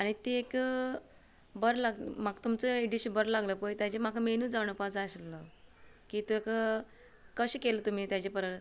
आनी ती एक बरो लागलो म्हाका तुमचो डीश बरो लागलो पळय तेजो म्हाका मेन्यू जाणा जावपा जाय आसलो की तेकां कशें केलें तुमी तेचे पर